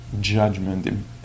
judgment